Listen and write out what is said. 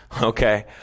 Okay